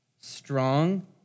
strong